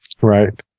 Right